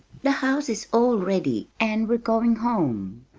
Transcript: the house is all ready, and we're going home.